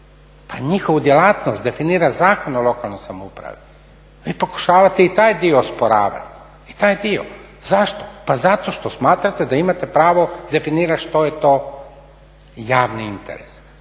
pa njihovu djelatnost definira Zakon o lokalnoj samoupravi. Vi pokušavate i taj dio osporavati, i taj dio. Zašto, pa zato što smatrate da imate pravo definirat što je to javni interes.